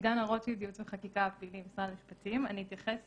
אני מייעוץ